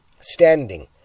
Standing